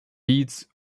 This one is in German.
beats